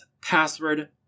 password